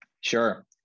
Sure